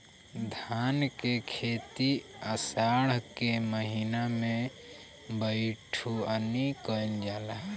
धान के खेती आषाढ़ के महीना में बइठुअनी कइल जाला?